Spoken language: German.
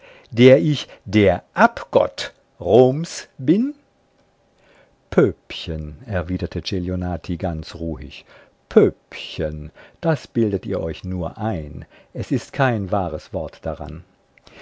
der ich der abgott roms bin püppchen erwiderte celionati sehr ruhig püppchen das bildet ihr euch nur ein es ist kein wahres wort daran